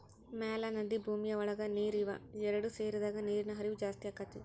ಮ್ಯಾಲ ನದಿ ಭೂಮಿಯ ಒಳಗ ನೇರ ಇವ ಎರಡು ಸೇರಿದಾಗ ನೇರಿನ ಹರಿವ ಜಾಸ್ತಿ ಅಕ್ಕತಿ